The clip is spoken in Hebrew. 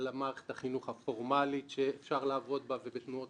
על מערכת החינוך הפורמלית שאפשר לעבוד בה ובתנועות